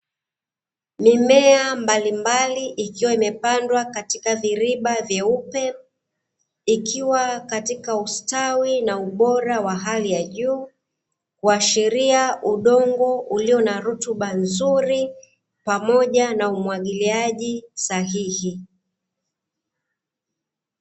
Mimea mbalimbali ikiwa imepandwa katika viriba vyeupe, ikiwa katika ustawi na ubora wa hali ya juu, kuashiria udongo ulio na rutuba nzuri pamoja na umwagiliaji sahihi.